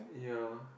ya